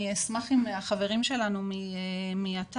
אני אשמח אם החברים שלנו מאת"ן,